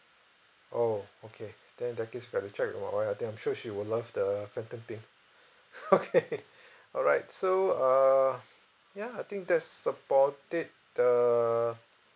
oh okay then in that case got to check with my wife I think I'm sure she will love the phantom pink okay all right so uh ya I think that's about it err